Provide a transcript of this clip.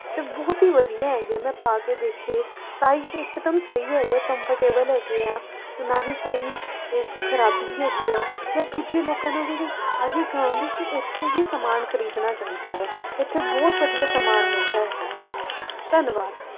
ਅਤੇ ਬਹੁਤ ਹੀ ਵਧੀਆ ਹੈਗੇ ਆ ਮੈਂ ਪਾ ਕੇ ਦੇਖੇ ਸਾਈਜ਼ ਇਕਦਮ ਸਹੀ ਹੈਗਾ ਕੰਫਰਟੇਬਲ ਹੈਗੇ ਆ ਨਾ ਹੀ ਕੋਈ ਇਹ 'ਚ ਖਰਾਬੀ ਹੈਗੀ ਆ ਮੈਂ ਦੂਜੇ ਲੋਕਾਂ ਨੂੰ ਵੀ ਆਹੀ ਕਹਾਂਗੀ ਕਿ ਇੱਥੋਂ ਹੀ ਸਮਾਨ ਖਰੀਦਣਾ ਚਾਹੀਦਾ ਹੈ ਇੱਥੇ ਬਹੁਤ ਵਧੀਆ ਸਮਾਨ ਮਿਲਦਾ ਹੈਗਾ ਆ ਧੰਨਵਾਦ